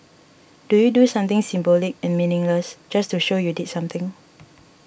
do you do something symbolic and meaningless just to show you did something